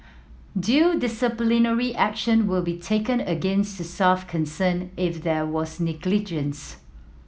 due disciplinary action will be taken against the staff concerned if there was negligence